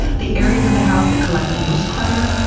the areas of the house that collect the most clutter,